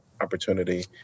opportunity